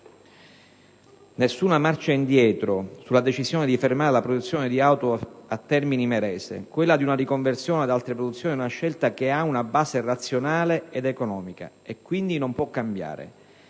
Nessuna marcia indietro sulla decisione di fermare la produzione di auto a Termini Imerese: quella di una riconversione ad altre produzioni «è una scelta che ha una base razionale ed economica» e quindi «non può cambiare.